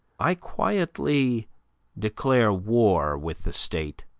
i quietly declare war with the state,